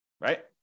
right